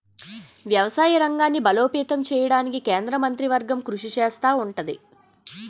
వ్యవసాయ రంగాన్ని బలోపేతం చేయడానికి కేంద్ర మంత్రివర్గం కృషి చేస్తా ఉంటది